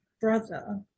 brother